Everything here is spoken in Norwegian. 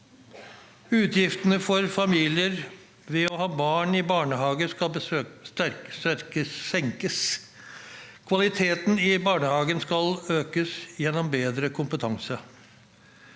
Utgiftene for familier ved å ha barn i barnehage skal senkes. Kvaliteten i barnehagen skal økes gjennom bedre kompetanse.